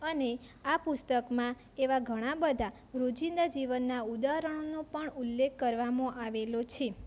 અને આ પુસ્તકમાં એવા ઘણાં બધા રોજિંદા જીવનનાં ઉદાહરણોનો પણ ઉલ્લેખ કરવામાં આવેલો છે